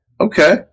okay